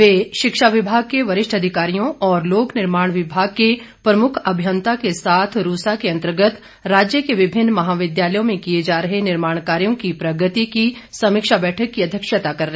वे शिक्षा विभाग के वरिष्ठ अधिकारियों और लोक निर्माण विभाग के प्रमुख अभियंता के साथ रूसा के अंतर्गत राज्य के विभिन्न महाविद्यालयों में किए जा रहे निर्माण कार्यों की प्रगति की समीक्षा बैठक की अध्यक्षता कर रहे थे